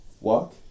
walk